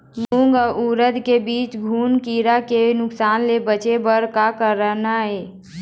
मूंग अउ उरीद के बीज म घुना किरा के नुकसान ले बचे बर का करना ये?